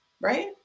right